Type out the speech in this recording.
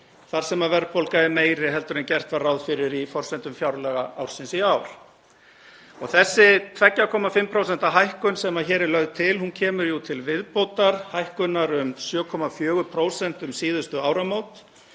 þar sem verðbólga er meiri en gert var ráð fyrir í forsendum fjárlaga ársins í ár. Þessi 2,5% hækkun sem hér er lögð til kemur til viðbótar hækkun um 7,4% um síðustu áramót